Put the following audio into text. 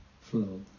flow